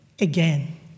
again